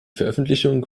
veröffentlichung